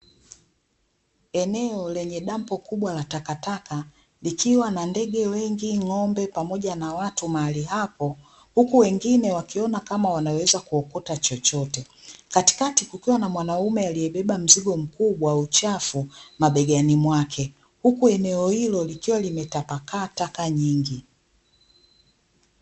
Eneo lenye dampo kubwa la takataka likiwa na ndege wengi , ng'ombe pamoja na watu mahali hapo huku wengine wakiona kama wanaweza kuokota chochote, katikati kukiwa na mwanaume aliyebeba mzigo mkubwa wa uchafu mabegani mwake huku eneo hilo likiwa limetapakaa taka nyingi.